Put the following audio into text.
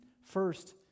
First